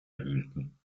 erhielten